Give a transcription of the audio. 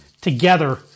together